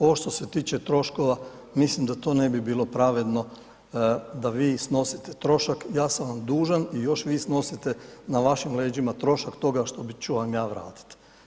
Ovo što se tiče troškova, mislim da to ne bi bilo pravedno da vi snosite trošak, ja sam vam dužan i još vi snosite na vašim leđima trošak toga što ću vam ja vratiti.